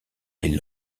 les